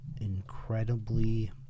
incredibly